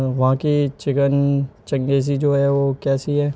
وہاں کی چکن چنگیزی جو ہے وہ کیسی ہے